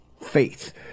faith